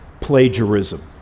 plagiarism